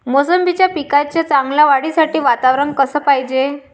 मोसंबीच्या पिकाच्या चांगल्या वाढीसाठी वातावरन कस पायजे?